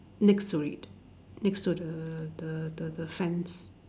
next to it next to the the the the fence